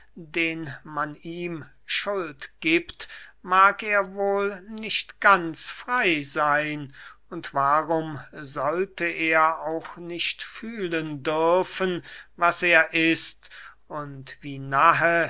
den man ihm schuld giebt mag er wohl nicht ganz frey seyn und warum sollte er auch nicht fühlen dürfen was er ist und wie